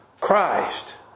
Christ